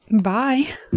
Bye